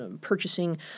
Purchasing